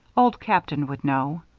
old captain would know.